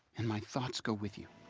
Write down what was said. and my thoughts go with you.